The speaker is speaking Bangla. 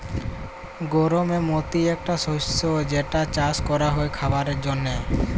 গমের মতি একটা শস্য যেটা চাস ক্যরা হ্যয় খাবারের জন্হে